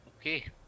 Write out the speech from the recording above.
Okay